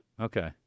Okay